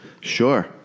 Sure